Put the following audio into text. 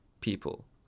people